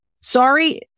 sorry